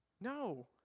No